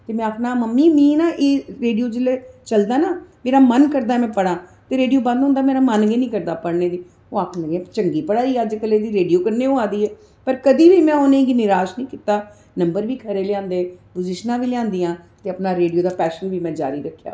ते में आखना मम्मी मीं ना एह् रेड़ियो जिसलै चलदा ना मेरा मन करदा में पढ़ां ते रेड़िय़ो बंद होंदा तां मेरा मन नीं करदा पढ़ने गी ओह् आखदियां चंगी पढ़ाई ऐ अज्जै कल्लै दी जेह्ड़ी रेड़ियो नै होआ दी पर कदैं बी में उनैं गी निराश नीं किता नम्बर बी खरे लयांदे पुज़िशना बी लयांदियां ते अपना रेड़ियो दा पैशन बी जारी रखेया